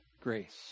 grace